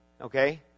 Okay